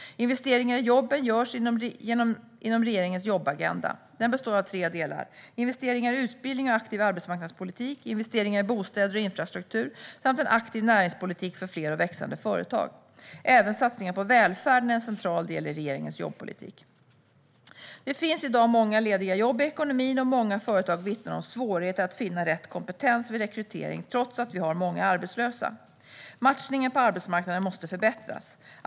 Investeringar i jobben görs inom regeringens jobbagenda. Den består av tre delar: investeringar i utbildning och aktiv arbetsmarknadspolitik, investeringar i bostäder och infrastruktur samt en aktiv näringspolitik för fler och växande företag. Även satsningar på välfärden är en central del i regeringens jobbpolitik. Det finns i dag många lediga jobb i ekonomin, och många företag vittnar om svårigheter att finna rätt kompetens vid rekrytering trots att vi har många arbetslösa. Matchningen på arbetsmarknaden måste förbättras.